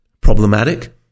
problematic